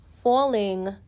falling